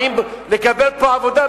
באים לקבל פה עבודה,